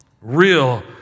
Real